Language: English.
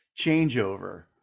changeover